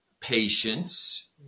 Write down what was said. patience